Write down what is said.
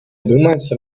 думается